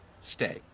stay